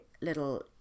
little